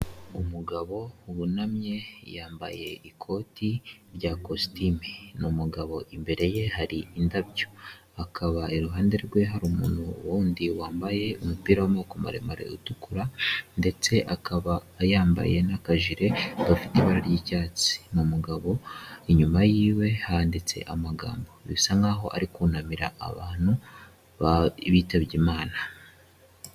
Umugabo wunamye yambaye ikoti rya kositime. Ni umugabo imbere ye hari indabyo. Akaba iruhande rwe hari umuntu wundi wambaye umupira w'amaboko maremare utukura ndetse akaba yambaye n'akajire gafite ibara ry'icyatsi. Ni umugabo inyuma y'iwe handitse amagambo. Bisa nk'aho ari kunamira abantu bitabye Imana.